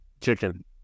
Chicken